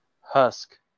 Husk